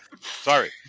sorry